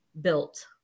built